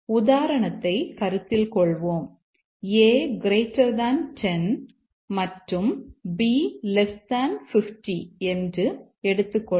உதாரணத்தைக் கருத்தில் கொள்வோம் a 10 மற்றும் b 50 என்று எடுத்துக்கொள்வோம்